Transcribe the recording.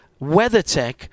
WeatherTech